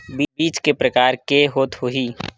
बीज के प्रकार के होत होही?